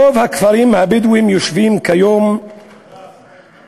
רוב הכפרים הבדואיים יושבים כיום על